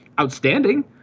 outstanding